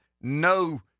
no